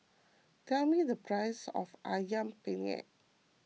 tell me the price of Ayam Penyet